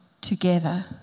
together